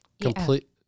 complete